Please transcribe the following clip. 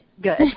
good